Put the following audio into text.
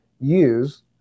use